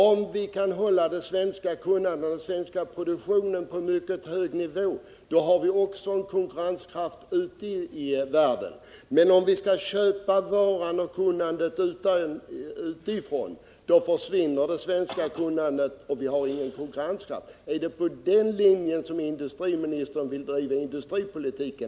Om vi kan hålla det svenska kunnandet och den svenska produktionen på en mycket hög nivå, då har vi också konkurrenskraft ute i världen. Men om vi skall köpa varan och kunnandet utifrån, då försvinner det svenska kunnandet och vi får ingen konkurrenskraft. Är det på den linjen som industriministern vill driva industripolitiken?